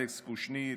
אלכס קושניר,